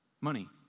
money